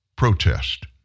protest